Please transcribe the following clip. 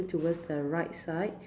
towards the right side